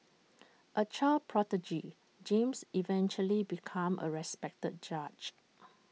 A child prodigy James eventually became A respected judge